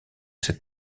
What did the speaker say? cette